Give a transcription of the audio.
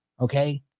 Okay